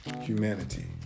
humanity